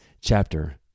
chapter